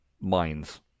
minds